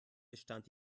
bestand